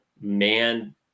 man